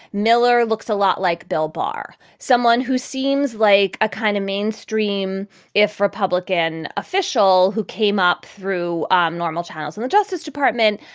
miller looks a lot like bill barr, someone who seems like a kind of mainstream if republican official who came up through um normal channels and the justice department,